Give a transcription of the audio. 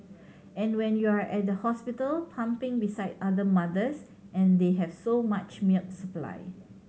and when you're at the hospital pumping beside other mothers and they have so much milk supply